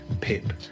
Pip